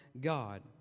God